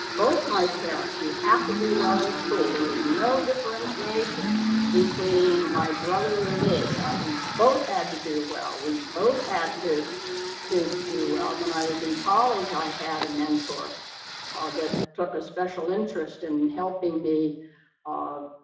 both my parents, you have to do well in school. there was no differentiation between my brother or me, that we both had to do well, we both had to to do well. when i was in college, i had a mentor that took a special interest in helping me um